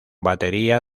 batería